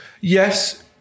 Yes